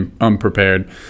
unprepared